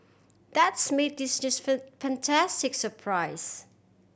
that's made this fantastic surprise